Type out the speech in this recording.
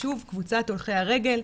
שוב קבוצת הולכי הרגל,